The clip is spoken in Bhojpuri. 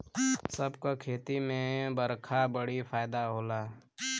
सब क खेती में बरखा बड़ी फायदा होला